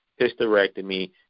hysterectomy